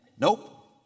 Nope